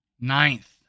Ninth